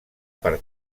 per